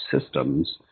systems